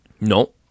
No